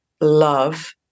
love